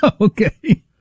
Okay